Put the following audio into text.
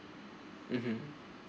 (uh huh)